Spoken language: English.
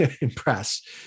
impressed